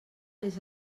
les